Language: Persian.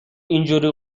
اینجوری